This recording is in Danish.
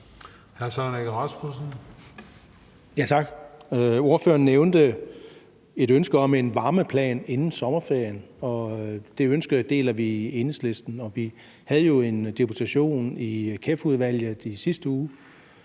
Søren Egge Rasmussen (EL): Tak. Ordføreren nævnte et ønske om en varmeplan inden sommerferien. Det ønske deler vi i Enhedslisten. Vi havde jo en deputation i KEF-udvalget i sidste uge